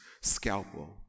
scalpel